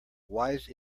wise